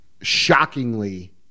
shockingly